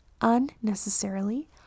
unnecessarily